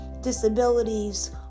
disabilities